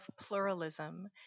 pluralism